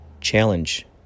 Challenge